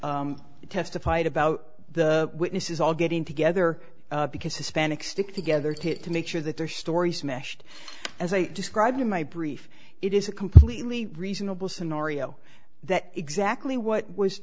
minea testified about the witnesses all getting together because hispanics stick together to to make sure that their story smashed as i described in my brief it is a completely reasonable scenario that exactly what was